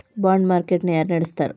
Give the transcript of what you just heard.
ಬಾಂಡ market ನ ಯಾರ ನಡಸ್ತಾರ?